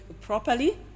properly